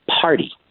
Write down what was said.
party